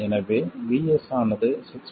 எனவே VS ஆனது 6